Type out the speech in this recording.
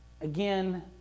again